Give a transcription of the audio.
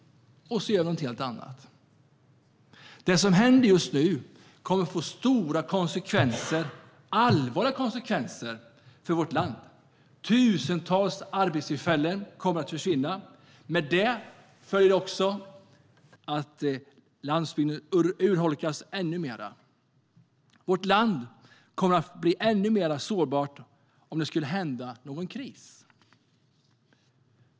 Och så gör vi något helt annat. Det som händer just nu kommer att få stora konsekvenser, allvarliga konsekvenser, för vårt land. Tusentals arbetstillfällen kommer att försvinna. Med det följer också att landsbygden urholkas ännu mer. Vårt land kommer att bli ännu mer sårbart om det skulle bli någon kris.